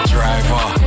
Driver